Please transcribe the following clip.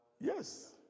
Yes